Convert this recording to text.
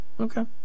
Okay